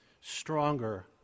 stronger